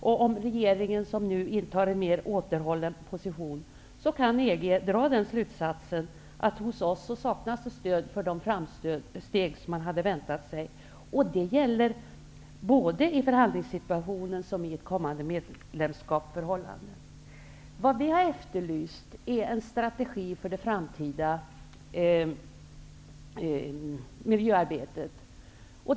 Om regeringen nu intar en mera återhållen ställning, kan EG dra den slutsatsen att det hos oss saknas det stöd som man hade förväntat sig. Det gäller både i förhandlingssituation och i ett kommande medlemskapsförhållande. Vad vi har efterlyst är en strategi för det framtida miljöarbetet.